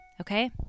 Okay